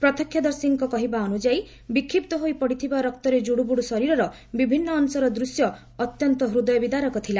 ପ୍ରତ୍ୟକ୍ଷଦର୍ଶୀଙ୍କ କହିବା ଅନୁଯାୟୀ ବିକ୍ଷିପ୍ତ ହୋଇ ପଡ଼ିଥିବା ରକ୍ତରେ କୁଡୁବୁଡୁ ଶରୀରର ବିଭିନ୍ନ ଅଂଶର ଦୃଶ୍ୟ ଅତ୍ୟନ୍ତ ହୃଦୟ ବିଦାରକ ଥିଲା